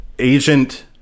agent